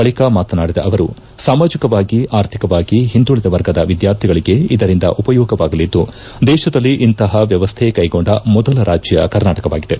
ಬಳಕ ಮಾತನಾಡಿದ ಅವರು ಸಾಮಾಜಿಕವಾಗಿ ಆರ್ಥಿಕವಾಗಿ ಹಿಂದುಳದ ವರ್ಗದ ವಿದ್ಯಾರ್ಥಿಗಳಿಗೆ ಇದರಿಂದ ಉಪಯೋಗವಾಗಲಿದ್ದು ದೇಶದಲ್ಲಿ ಇಂತಹ ವ್ಯವಸ್ಥೆ ಕ್ಸೆಗೊಂಡ ಮೊದಲ ರಾಜ್ಯ ಕರ್ನಾಟಕವಾಗಿದೆ